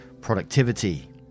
productivity